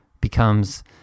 becomes